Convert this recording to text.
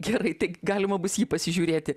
gerai tai galima bus jį pasižiūrėti